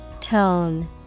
Tone